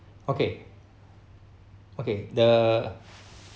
okay okay the